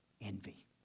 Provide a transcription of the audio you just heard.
Envy